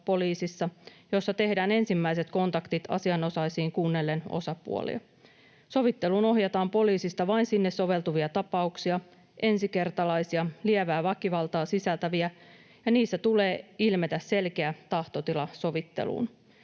jossa tehdään ensimmäiset kontaktit asianosaisiin kuunnellen osapuolia. Sovitteluun ohjataan poliisista vain sinne soveltuvia tapauksia: ensikertalaisia, lievää väkivaltaa sisältäviä, ja niissä tulee ilmetä selkeä tahtotila sovitteluun.